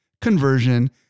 conversion